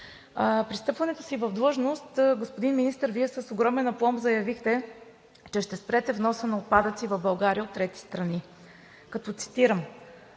При встъпването си в длъжност, господин Министър, Вие с огромен апломб заявихте, че ще спрете вноса на отпадъци в България от трети страни, като цитирам: